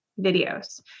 videos